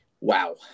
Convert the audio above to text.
wow